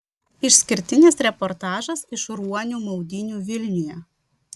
išskirtinis reportažas iš ruonių maudynių vilniuje